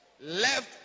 Left